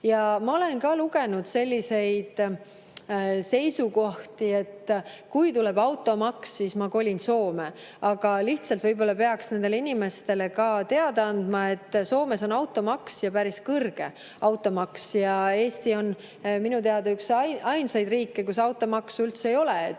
olen ka lugenud selliseid seisukohti, et kui tuleb automaks, siis ma kolin Soome. Aga võib-olla peaks nendele inimestele teada andma, et ka Soomes on automaks, ja päris kõrge automaks. Eesti on minu teada üks väheseid riike, kus automaksu üldse ei ole. Seda